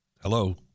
Hello